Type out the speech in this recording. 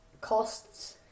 costs